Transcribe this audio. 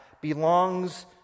belongs